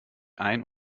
ein